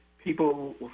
people